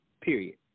period